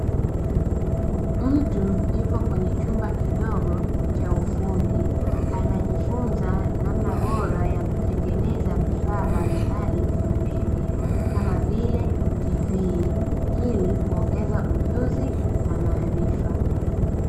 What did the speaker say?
Mtu yupo kwenye chumba kidogo cha ufundi, anajifunza namna bora ya kutengeneza vifaa mbalimbali vya umeme, kama vile TV; ili kuongeza ujuzi na maarifa.